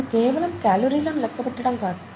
ఇది కేవలం క్యాలోరీలను లెక్కపెట్టడం కాదు